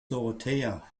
dorothea